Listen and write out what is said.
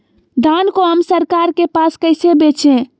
धान को हम सरकार के पास कैसे बेंचे?